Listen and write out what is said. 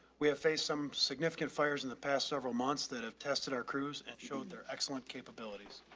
we have faced some significant fires in the past several months that have tested our crews and showed their excellent capabilities.